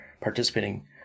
participating